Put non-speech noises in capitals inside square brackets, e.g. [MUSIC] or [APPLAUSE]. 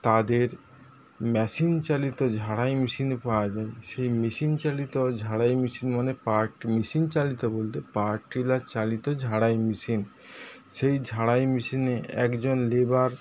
তাদের মেশিন চালিত ঝাড়াই মেশিনও পাওয়া যায় সেই মেশিন চালিত ঝাড়াই মেশিন মানে পার্ট মেশিন চালিত বলতে [UNINTELLIGIBLE] চালিত ঝাড়াই মেশিন সেই ঝাড়াই মেশিনে একজন লেবার